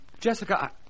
Jessica